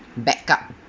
back up